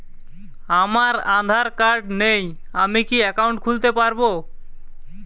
আমার আধার কার্ড নেই আমি কি একাউন্ট খুলতে পারব?